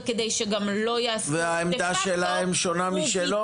וגם שלא יעשו --- וגם העמדה שלהם שונה משלו?